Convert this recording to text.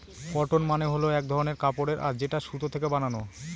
cotton মানে হল এক ধরনের কাপড়ের আঁশ যেটা সুতো থেকে বানানো